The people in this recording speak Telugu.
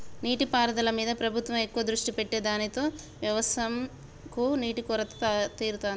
నీటి పారుదల మీద ప్రభుత్వం ఎక్కువ దృష్టి పెట్టె దానితో వ్యవసం కు నీటి కొరత తీరుతాంది